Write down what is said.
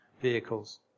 vehicles